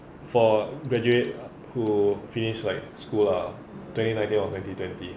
for graduate who finished like school lah twenty nineteen or twenty twenty